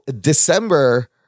December